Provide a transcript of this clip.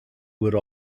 would